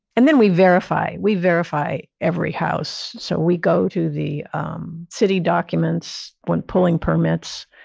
and then we verify. we verify every house. so, we go to the um city documents when pulling permits,